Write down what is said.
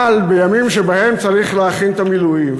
אבל בימים שבהם צריך להכין את המילואים,